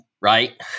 Right